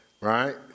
Right